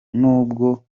nubwo